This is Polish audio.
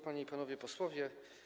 Panie i Panowie Posłowie!